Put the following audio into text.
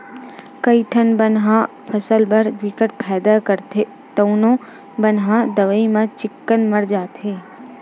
कइठन बन ह फसल बर बिकट फायदा करथे तउनो बन ह दवई म चिक्कन मर जाथे